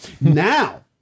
Now